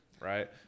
right